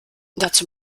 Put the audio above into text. dazu